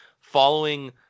following